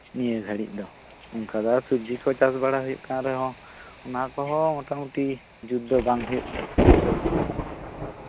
ᱱᱤᱭᱟᱹ ᱜᱷᱟᱹᱲᱤᱡ ᱫᱚ ᱟᱨ ᱥᱚᱵᱡᱤ ᱠᱚ ᱪᱟᱥ ᱵᱟᱲᱟ ᱦᱩᱭᱩᱜ ᱠᱟᱱ ᱨᱮᱦᱚᱸ ᱚᱱᱟ ᱠᱚᱦᱚᱸ ᱢᱳᱴᱟᱢᱩᱴᱤ ᱡᱩᱛ ᱫᱚ ᱵᱟᱝ ᱦᱩᱭᱩᱜ ᱠᱟᱱᱟ